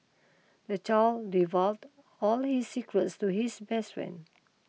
the child divulged all his secrets to his best friend